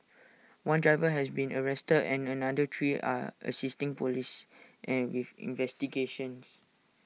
one driver has been arrested and another three are assisting Police an with investigations